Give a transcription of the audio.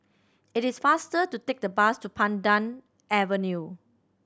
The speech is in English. it is faster to take the bus to Pandan Avenue